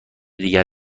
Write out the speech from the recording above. دیگر